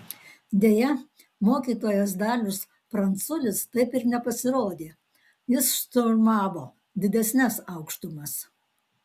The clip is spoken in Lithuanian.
deja mokytojas dalius pranculis taip ir nepasirodė jis šturmavo didesnes aukštumas